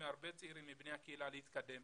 מהרבה צעירים מבני הקהילה להתקדם.